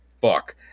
fuck